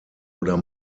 oder